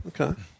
Okay